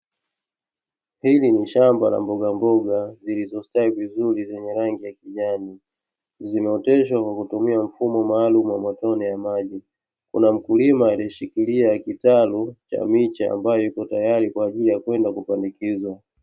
Hili ni shamba la mbogamboga zilizo stawi vizuri zenye rangi ya kijani, zimeoteshwa kwa mfumo maalumu wa matone ya maji; kuna mkulima aliyeshikilia kitaru cha miche ambayo iko tayari kwa ajili ya kwenda kupandikizwa.